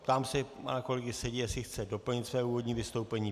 Ptám se pana kolegy Sedi, jestli chce doplnit své úvodní vystoupení.